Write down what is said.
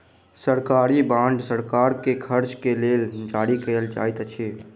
सरकारी बांड सरकार के खर्च के लेल जारी कयल जाइत अछि